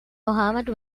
mohammad